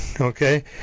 Okay